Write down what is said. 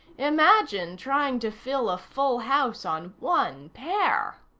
imagine trying to fill a full house on one pair!